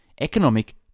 economic